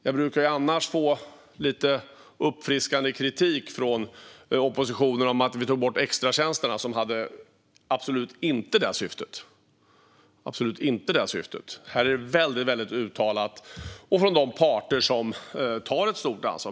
Jag brukar annars få lite uppfriskande kritik från oppositionen om att vi tog bort extratjänsterna som absolut inte hade detta syfte. Här är det väldigt uttalat, även från de parter som tar ett stort ansvar.